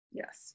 yes